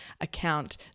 account